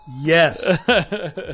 yes